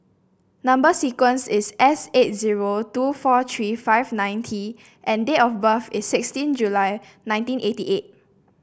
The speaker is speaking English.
number sequence is S eight zero two four three five nine T and date of birth is sixteen July nineteen eighty eight